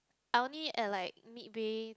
I only at like midway